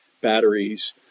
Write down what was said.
batteries